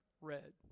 Red